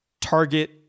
Target